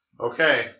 Okay